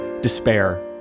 despair